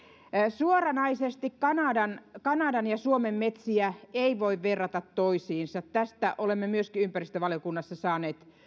suoranaisesti kanadan kanadan ja suomen metsiä ei voi verrata toisiinsa tästä olemme myöskin ympäristövaliokunnassa saaneet